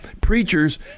preachers